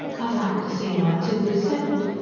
i'd like to see my tilda settled.